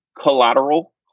collateral